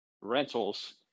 rentals